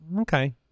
Okay